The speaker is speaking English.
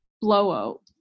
blowout